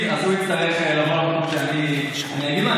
אז הוא יצטרך לבוא למקום שאני אגיד לו,